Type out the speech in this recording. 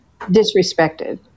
Disrespected